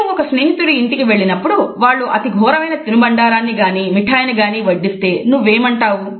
నీవు ఒక స్నేహితుడి ఇంటికి వెళ్ళినప్పుడు వారు అతిఘోరమైన తినుబండారాన్ని గాని మిఠాయి గాని వడ్డిస్తే నువ్వు ఏమంటావు